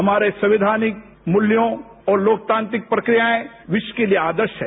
हमारे संवैधानिक मूल्योंऔर लोकतांत्रिक प्रक्रियाएं विश्व के लिए आदर्श हैं